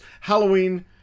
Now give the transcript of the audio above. Halloween